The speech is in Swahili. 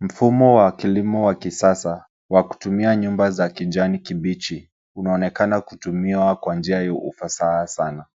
Mfumo wa kilimo wa kisasa wa kutumia nyumba za kijani kibichi unaonekana kutumiwa kwa njia ya ufasaha sana.